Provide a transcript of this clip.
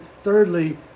thirdly